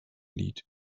lied